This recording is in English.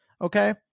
Okay